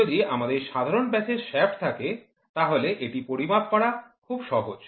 যদি আমাদের সাধারণ ব্যাসের শ্যাফ্ট থাকে তাহলে এটি পরিমাপ করা খুব সহজ